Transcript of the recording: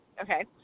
Okay